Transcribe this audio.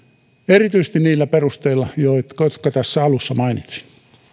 erityisesti niillä perusteilla jotka tässä alussa mainitsin